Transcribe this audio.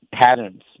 patterns